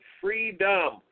Freedom